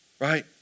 right